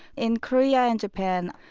in korea and japan,